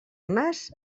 nas